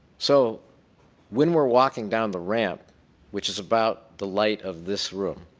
so when we're walking down the ramp which is about the light of this room,